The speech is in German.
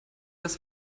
das